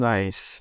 Nice